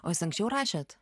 o jūs anksčiau rašėt